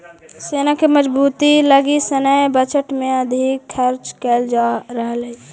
सेना के मजबूती लगी सैन्य बजट में अधिक खर्च कैल जा रहल हई